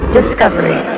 Discovery